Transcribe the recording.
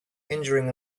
injuring